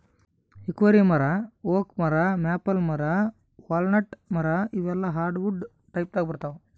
hickory ಮರಾ oak ಮರಾ maple ಮರಾ ವಾಲ್ನಟ್ ಮರಾ ಇವೆಲ್ಲಾ ಹಾರ್ಡವುಡ್ ಟೈಪ್ದಾಗ್ ಬರ್ತಾವ್